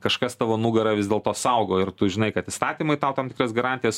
kažkas tavo nugarą vis dėlto saugo ir tu žinai kad įstatymai tau tam tikras garantijas